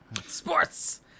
Sports